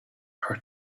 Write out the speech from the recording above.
our